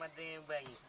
the rig.